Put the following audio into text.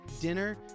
dinner